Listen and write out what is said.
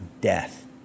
death